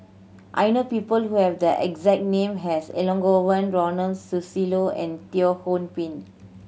I know people who have the exact name as Elangovan Ronald Susilo and Teo Ho Pin